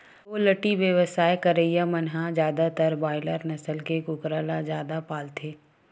poultry बेवसाय करइया मन ह जादातर बायलर नसल के कुकरा ल जादा पालथे